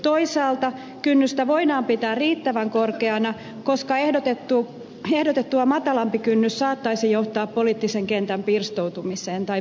toisaalta kynnystä voidaan pitää riittävän korkeana koska ehdotettua matalampi kynnys saattaisi johtaa poliittisen kentän pirstaloitumiseen